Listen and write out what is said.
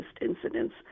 incidents